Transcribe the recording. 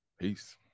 peace